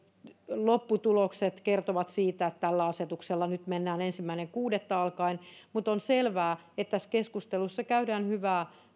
lopputulokset kertovat siitä että tällä asetuksella nyt mennään ensimmäinen kuudetta alkaen mutta on selvää että tässä keskustelussa käydään hyvää